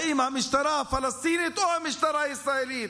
אם המשטרה הפלסטינית או המשטרה הישראלית.